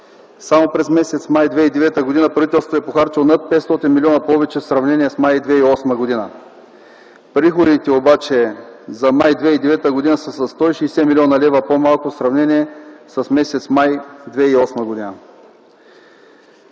Само през м. май 2009 г. правителството е похарчило над 500 млн. лв. повече в сравнение с м. май 2008 г. Приходите обаче за м. май 2009 г. са със 160 млн. лв. по-малко в сравнение с м. май 2008 г.